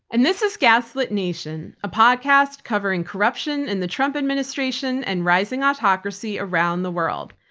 and this is gaslit nation, a podcast covering corruption in the trump administration and rising autocracy around the world.